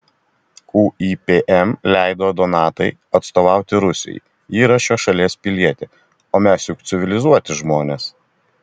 uipm leido donatai atstovauti rusijai ji yra šios šalies pilietė o mes juk civilizuoti žmonės